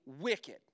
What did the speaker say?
wicked